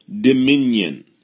dominion